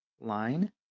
line